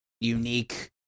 unique